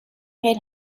haired